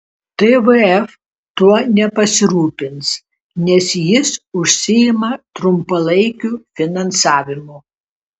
tvf tuo nepasirūpins nes jis užsiima trumpalaikiu finansavimu